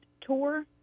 Tour